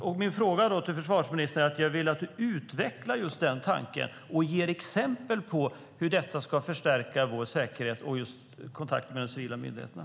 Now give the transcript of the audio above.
Då vill jag att försvarsministern utvecklar just den tanken och ger exempel på hur detta ska förstärka vår säkerhet och kontakt med de civila myndigheterna.